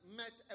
met